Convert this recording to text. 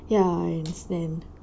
!wah! I understand